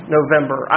November